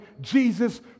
Jesus